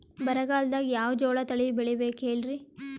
ಬರಗಾಲದಾಗ್ ಯಾವ ಜೋಳ ತಳಿ ಬೆಳಿಬೇಕ ಹೇಳ್ರಿ?